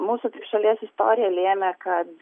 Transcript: mūsų šalies istorija lėmė kad